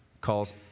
calls